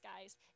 guys